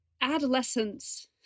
Adolescence